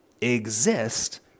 exist